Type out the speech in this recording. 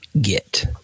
get